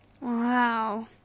Wow